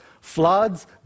floods